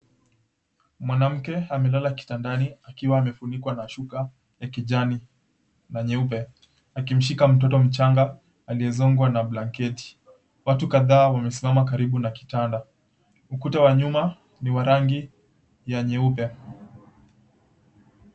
Mwanamke amelala kitandani akiwa amefunikwa na shuka ya kijani na nyeupe akimshika mtoto mchanga aliyezongwa na blanketi. Watu kadhaa wamesimama karibu na kitanda, ukuta wa nyuma ni wa rangi ya nyeupe.